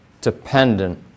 dependent